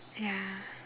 ya